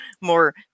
more